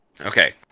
Okay